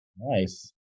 Nice